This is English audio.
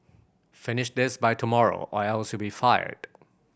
finish this by tomorrow or else you'll be fired